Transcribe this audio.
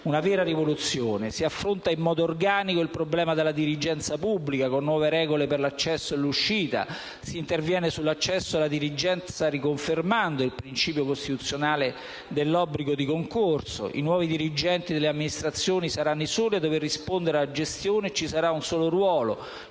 Una vera rivoluzione. Si affronta in modo organico il problema della dirigenza pubblica con nuove regole per l'accesso e l'uscita. Si interviene sull'accesso alla dirigenza riconfermando il principio costituzionale dell'obbligo del concorso. I nuovi dirigenti delle amministrazioni pubbliche saranno i soli a dover rispondere della gestione e ci sarà un solo ruolo,